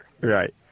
Right